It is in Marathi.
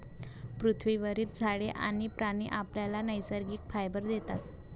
पृथ्वीवरील झाडे आणि प्राणी आपल्याला नैसर्गिक फायबर देतात